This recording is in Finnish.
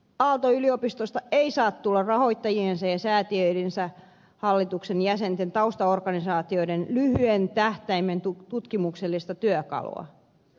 aalto yliopistosta ei saa tulla rahoittajiensa ja säätiönsä hallituksen jäsenten taustaorganisaatioiden lyhyen tähtäimen tutkimuksellista työkalua